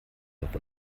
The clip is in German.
doch